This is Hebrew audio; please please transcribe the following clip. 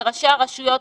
לראשי הרשויות,